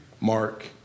Mark